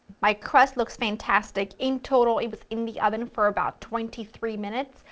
my crust looks fantastic, in total it was in the oven for about twenty three minutes,